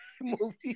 movie